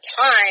time